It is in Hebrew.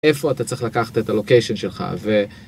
איפה אתה צריך לקחת את הלוקיישן שלך.